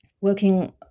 working